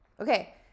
Okay